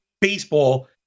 baseball